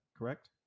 correct